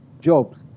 jobs